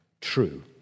true